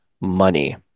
money